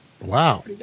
Wow